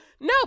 No